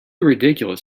ridiculous